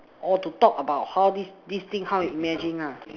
orh to talk about how this this thing how you imagine nah